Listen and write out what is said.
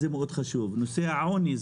זה מאוד חשוב; נושא העוני,